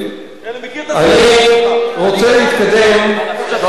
אני מכיר את, אני גדלתי שם.